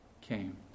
came